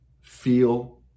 feel